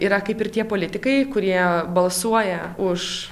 yra kaip ir tie politikai kurie balsuoja už